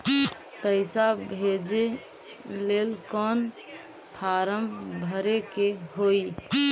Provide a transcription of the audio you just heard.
पैसा भेजे लेल कौन फार्म भरे के होई?